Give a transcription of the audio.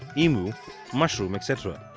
emu mushroom etc.